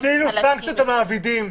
תטילו סנקציות על מעבידים.